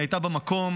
היא הייתה במקום.